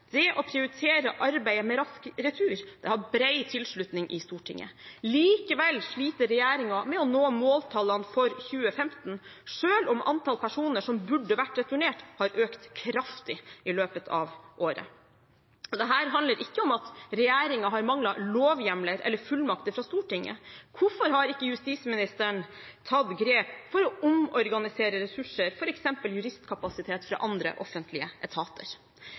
Det å prioritere arbeidet med rask retur har bred tilslutning i Stortinget. Likevel sliter regjeringen med å nå måltallene for 2015, selv om antallet personer som burde vært returnert, har økt kraftig i løpet av året. Dette handler ikke om at regjeringen har manglet lovhjemler eller fullmakter fra Stortinget. Hvorfor har ikke justisministeren tatt grep for å omorganisere ressurser, f.eks. juristkapasitet fra andre offentlige etater?